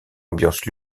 ambiance